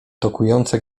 tokujące